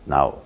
Now